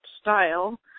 style